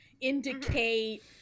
indicate